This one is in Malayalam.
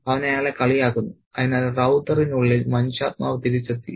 അവൻ അയാളെ കളിയാക്കുന്നു അതിനാൽ റൌത്തറിനുള്ളിൽ മനുഷ്യാത്മാവ് തിരിച്ചെത്തി